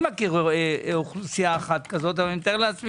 אני מכיר אוכלוסייה כזו ומתאר לעצמי